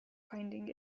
finding